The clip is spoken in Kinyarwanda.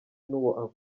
n’uwo